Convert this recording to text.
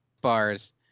bars